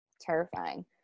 terrifying